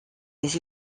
des